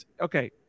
okay